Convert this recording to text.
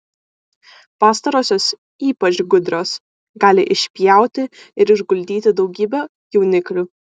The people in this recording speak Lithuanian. pastarosios ypač gudrios gali išpjauti ir išguldyti daugybę jauniklių